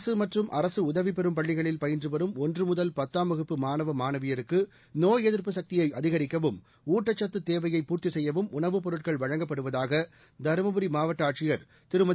அரசு மற்றும் அரசு உதவிபெறும் பள்ளிகளில் பயின்றுவரும் மாணவ மாணவியருக்கு நோய் எதிர்ப்பு சக்தியை அதிகரிக்கவும் ஊட்டச்சத்து தேவையை பூர்த்தி செய்யவும் உணவுப் பொருட்கள் வழங்கப்படுவதாக தருமபுரி மாவட்ட ஆட்சியர் திருமதி